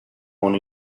one